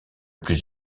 plus